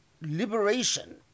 liberation